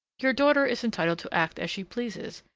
your daughter is entitled to act as she pleases,